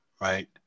Right